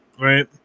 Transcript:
right